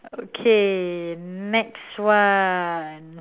okay next one